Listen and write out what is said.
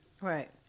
Right